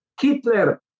Hitler